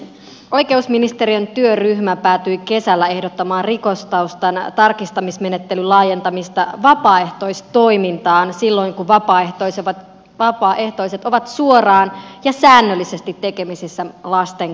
oikeusministeriön työryhmä päätyi kesällä ehdottamaan rikostaustan tarkistamismenettelyn laajentamista vapaaehtoistoimintaan silloin kun vapaaehtoiset ovat suoraan ja säännöllisesti tekemisissä lasten kanssa